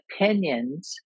opinions